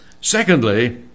secondly